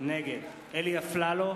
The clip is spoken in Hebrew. נגד אלי אפללו,